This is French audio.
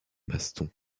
maston